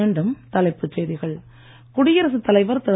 மீண்டும் தலைப்புச் செய்திகள் குடியரசுத் தலைவர் திரு